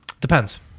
Depends